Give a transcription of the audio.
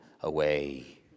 away